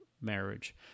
marriage